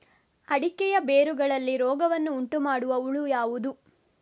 ಅಡಿಕೆಯ ಬೇರುಗಳಲ್ಲಿ ರೋಗವನ್ನು ಉಂಟುಮಾಡುವ ಹುಳು ಯಾವುದು?